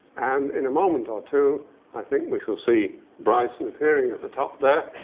and in a moment or two i think we shall see bryson appearing at the top there.